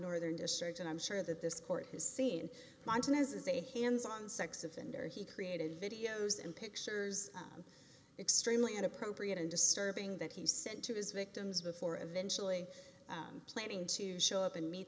northern district and i'm sure that this court has seen montanus as a hands on sex offender he created videos and pictures extremely inappropriate and disturbing that he was sent to his victims before eventually planning to show up and meet